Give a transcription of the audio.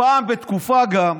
ופעם בתקופה גם,